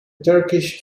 turkish